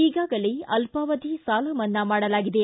ಈಗಾಗಲೇ ಅಲ್ಪಾವಧಿ ಸಾಲ ಮನ್ನಾ ಮಾಡಲಾಗಿದೆ